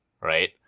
right